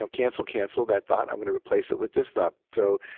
ah cancel cancel that thought, i'm going to replace it with this thought. so,